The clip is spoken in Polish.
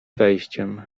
wejściem